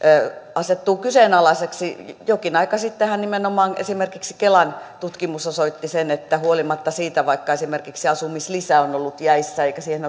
asettuu kyseenalaiseksi jokin aika sittenhän nimenomaan esimerkiksi kelan tutkimus osoitti sen että huolimatta siitä että esimerkiksi asumislisä on ollut jäissä eikä siihen